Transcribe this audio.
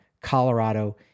Colorado